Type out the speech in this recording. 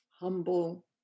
humble